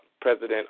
President